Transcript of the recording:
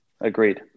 Agreed